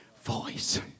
voice